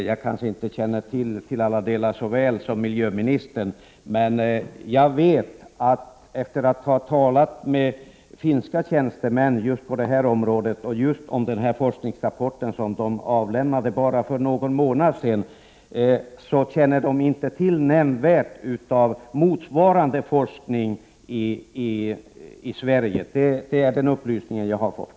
Herr talman! Nåja, jag känner inte till alla frågor så väl som miljöministern. Men efter att ha talat med finska tjänstemän om den forskningsrapport som de avlämnade för bara någon månad sedan vet jag att de inte känner till något nämnvärt om motsvarande forskning i Sverige. Det är den upplysningen jag har fått.